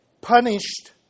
punished